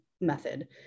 method